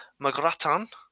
Magratan